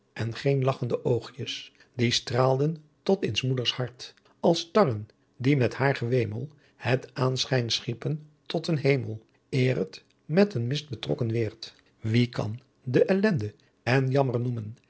en geen lachende ooghjes die straelden tot in s moeders hart als starren die met haer gewemel het aenschijn schiepen tot een hemel eer t met een mist betrocken wert wie kan de elende en jammer noemen